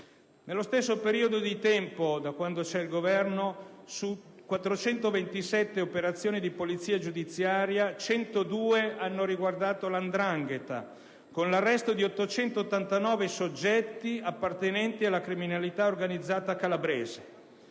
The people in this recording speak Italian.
Nello stesso periodo di tempo, da quando c'è questo Governo, su 427 operazioni di polizia giudiziaria ben 102 hanno riguardato la 'ndrangheta, con l'arresto di 889 soggetti appartenenti alla criminalità organizzata calabrese.